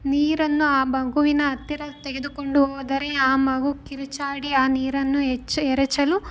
ನೀರನ್ನು ಆ ಮಗುವಿನ ಹತ್ತಿರ ತೆಗೆದುಕೊಂಡು ಹೋದರೆ ಆ ಮಗು ಕಿರುಚಾಡಿ ಆ ನೀರನ್ನು ಎಚ್ ಎರಚಲು